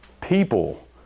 people